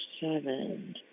seven